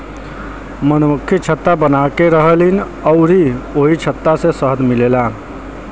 मधुमक्खि छत्ता बनाके रहेलीन अउरी ओही छत्ता से शहद मिलेला